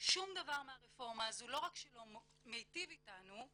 שום דבר מהרפורמה הזו לא רק שלא מיטיב איתנו,